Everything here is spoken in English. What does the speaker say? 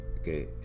Okay